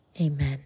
amen